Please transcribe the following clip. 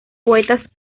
poetas